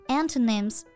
antonyms